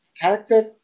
character